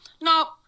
No